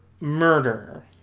murder